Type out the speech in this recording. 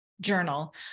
journal